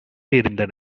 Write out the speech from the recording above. இருந்தன